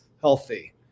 healthy